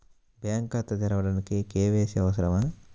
Bank ఖాతా తెరవడానికి KYC అవసరమా?